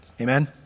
Amen